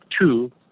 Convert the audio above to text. two